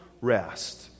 rest